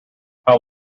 how